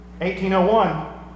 1801